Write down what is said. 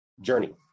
journey